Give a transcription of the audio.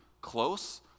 close